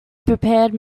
prepared